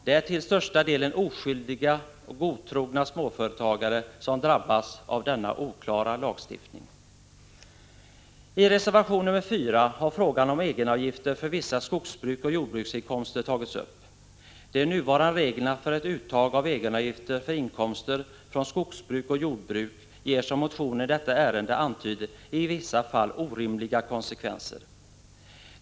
Det är till största delen oskyldiga och godtrogna småföretagare som drabbas av denna oklara lagstiftning. I reservation nr 4 har frågan om egenavgifter för vissa skogsbruksoch jordbruksinkomster tagits upp. De nuvarande reglerna för uttag av egenavgifter för inkomster från skogsbruk och jordbruk ger, som motionen i detta ärende antyder, i vissa fall orimliga konsekvenser.